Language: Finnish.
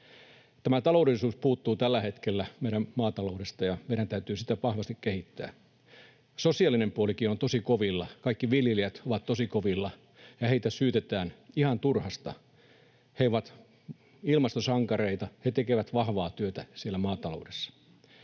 Tämä taloudellisuus puuttuu tällä hetkellä meidän maataloudestamme, ja meidän täytyy sitä vahvasti kehittää. Sosiaalinen puolikin on tosi kovilla. Kaikki viljelijät ovat tosi kovilla, ja heitä syytetään ihan turhasta. He ovat ilmastosankareita. He tekevät vahvaa työtä siellä maataloudessa.